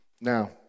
Now